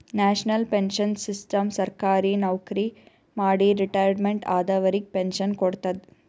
national pension system ಸರ್ಕಾರಿ ನವಕ್ರಿ ಮಾಡಿ ರಿಟೈರ್ಮೆಂಟ್ ಆದವರಿಗ್ ಪೆನ್ಶನ್ ಕೊಡ್ತದ್